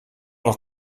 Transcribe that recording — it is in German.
doch